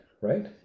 right